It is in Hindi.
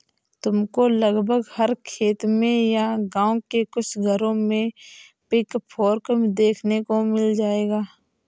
तुमको लगभग हर खेत में या गाँव के कुछ घरों में पिचफोर्क देखने को मिल जाएगा